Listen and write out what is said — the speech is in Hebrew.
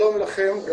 שלום לכם,